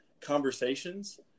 conversations